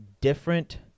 different